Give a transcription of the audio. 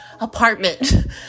apartment